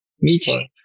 meeting